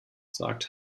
sagt